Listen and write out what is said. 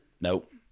Nope